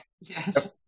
yes